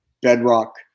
bedrock